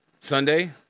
Sunday